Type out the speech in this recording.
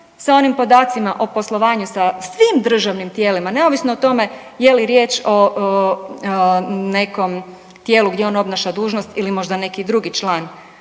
sa onim podacima o poslovanju sa svim državnim tijelima, neovisno o tome je li riječ o nekom tijelu gdje on obnaša dužnost ili možda neki drugi član